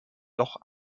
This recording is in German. doch